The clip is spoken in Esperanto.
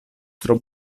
tro